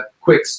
quick